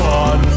on